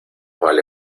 vale